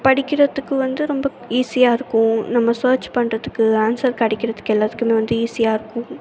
படிக்கிறதுக்கு வந்து ரொம்ப ஈஸியாக இருக்கும் நம்ம ஸர்ச் பண்ணுறத்துக்கு ஆன்ஸர் கிடைக்கிறத்துக்கு எல்லாத்துக்குமே வந்து ஈஸியாக இருக்கும்